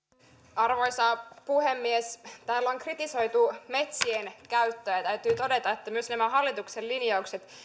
arvoisa puhemies täällä on kritisoitu metsien käyttöä ja täytyy todeta että myös nämä hallituksen linjaukset